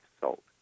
salt